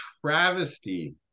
travesty